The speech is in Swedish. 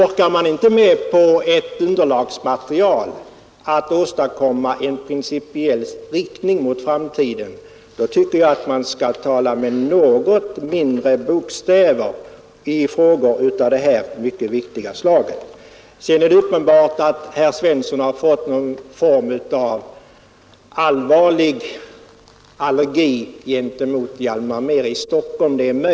Orkar man inte med att på detta underlagsmaterial åstadkomma en principiell riktning mot framtiden, då tycker jag man skall tala med något mindre bokstäver i frågor av det här mycket viktiga slaget. Det är uppenbart att herr Svensson fått någon form av allvarlig allergi gentemot Hjalmar Mehr i Stockholm.